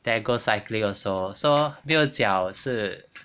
then go cycling also so 没有脚是